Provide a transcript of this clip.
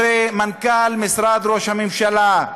הרי מנכ"ל משרד ראש הממשלה,